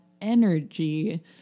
energy